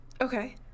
Okay